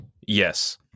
Yes